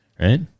Right